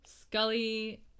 Scully